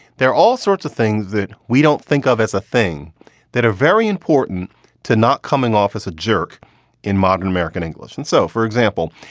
they're all sorts of things that we don't think of as a thing that are very important to not coming off as a jerk in modern american english. and so, for example,